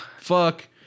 fuck –